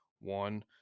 one